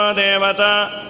devata